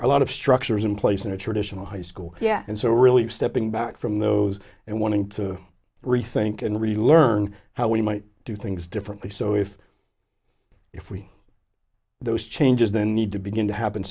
are a lot of structures in place in a traditional high school yeah and so really stepping back from those and wanting to rethink and really learn how we might do things differently so if if we those changes then need to begin to happen